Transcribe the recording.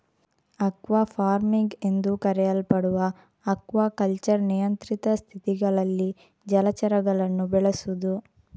aqua farming ಎಂದೂ ಕರೆಯಲ್ಪಡುವ aquaculture ನಿಯಂತ್ರಿತ ಸ್ಥಿತಿಗಳಲ್ಲಿ ಜಲಚರಗಳನ್ನು ಬೆಳೆಸುದು